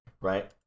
Right